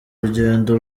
rugendo